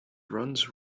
runs